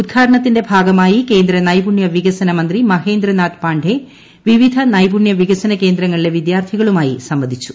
ഉദ്ഘാടനത്തിന്റെ ഭാഗമായി കേന്ദ്ര നൈപുണ്യ വികസന മന്ത്രി മഹേന്ദ്രനാഥ് പാണ്ഡേ വിവിധ നൈപുണ്യ വികസന കേന്ദ്രങ്ങളിലെ വിദ്യാർത്ഥികളുമായി സംവദിച്ചു